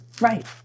Right